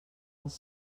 els